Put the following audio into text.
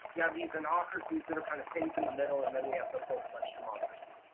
you have these and democracies that are kind of things in the middle, and then we have the full-fledged democracies.